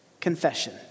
confession